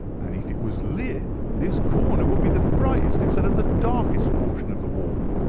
and if it was lit this corner would be the brightest instead of the darkest portion of the wall.